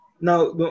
Now